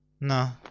No